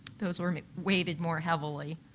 so sort of weighted more heavily.